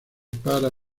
para